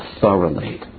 thoroughly